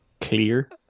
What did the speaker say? Clear